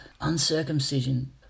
uncircumcision